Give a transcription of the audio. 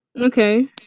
Okay